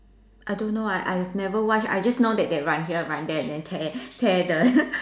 I don't know I I've never watch I just know that they run here run there and then tear tear the